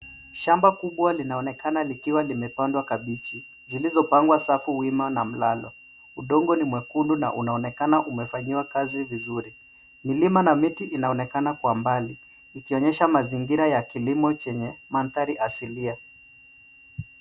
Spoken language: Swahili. Shamba kubwa linaonekana likiwa limepandwa kabichi zilizopangwa safu wima na mlalo. Udongo ni mwekundu na unaonekana umefanyiwa kazi vizuri. Milima na miti inaonekana kwa mbali, ikionyesha mazingira ya kilimo chenye mandhari asilia.